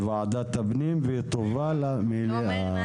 בוועדת הפנים והגנת הסביבה ותובא למליאה.